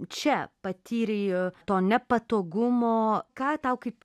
čia patyrei nepatogumo ką tau kaip